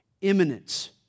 imminence